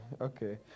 okay